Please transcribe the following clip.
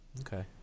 Okay